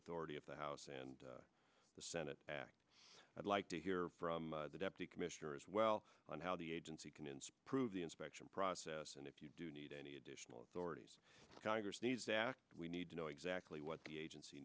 authority at the house and the senate i'd like to hear from the deputy commissioner as well on how the agency can in sprue the inspection process and if you do need any additional authorities congress needs to act we need to know exactly what the agency